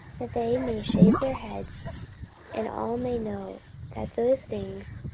that they may shave their heads and all may know that those things,